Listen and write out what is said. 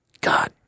God